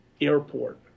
airport